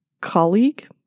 Colleague